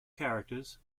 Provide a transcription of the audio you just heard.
characters